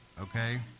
okay